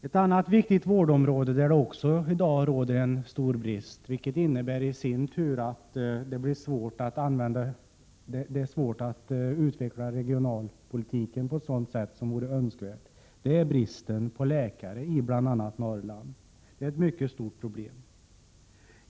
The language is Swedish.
Ett annat stort problem i dag, vilket i sin tur innebär att det blir svårt att utveckla regionalpolitiken på ett sådant sätt som vore önskvärt, är bristen på läkare i bl.a. Norrland. Detta är ett mycket stort problem.